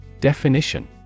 Definition